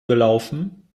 gelaufen